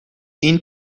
این